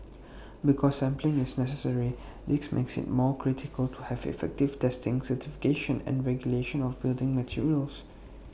because sampling is necessary this makes IT more critical to have effective testing certification and regulation of building materials